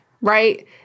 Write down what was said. right